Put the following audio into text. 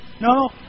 No